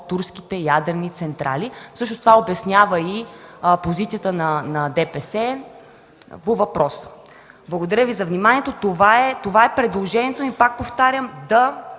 турските ядрени централи. Това обяснява и позицията на ДПС по въпроса. Благодаря Ви за вниманието. Това е предложението. Пак повтарям – да